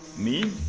me?